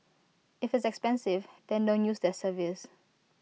if it's expensive then don't use their service